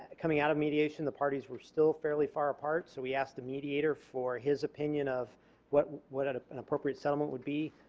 coming out of mediation the parties were still fairly far apart so we asked the mediator for his opinion of what what ah an appropriate settlement would be.